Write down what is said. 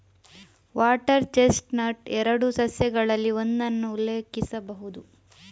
water chestnut ಎರಡು ಸಸ್ಯಗಳಲ್ಲಿ ಒಂದನ್ನು ಉಲ್ಲೇಖಿಸಬಹುದು